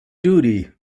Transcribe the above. duty